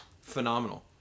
phenomenal